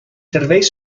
serveis